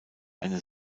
eine